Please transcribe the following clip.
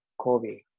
Kobe